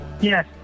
Yes